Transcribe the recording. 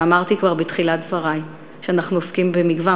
וכבר אמרתי בתחילת דברי שאנחנו עוסקים במגוון